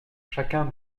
chacun